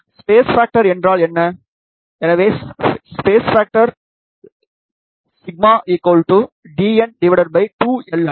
ஸ்பேஷ் ஃபேக்டர்என்றால் என்னஎனவே space factor σdn2Ln